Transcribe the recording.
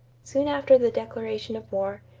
soon after the declaration of war,